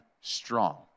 strong